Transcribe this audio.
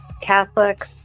Catholics